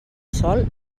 sol